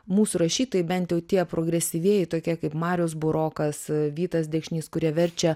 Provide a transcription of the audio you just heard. mūsų rašytojai bent jau tie progresyvieji tokie kaip marius burokas vytas dekšnys kurie verčia